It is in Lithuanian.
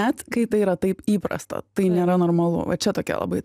bet kai tai yra taip įprasta tai nėra normalu va čia tokia labai